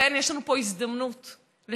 יש לנו פה הזדמנות לשנות,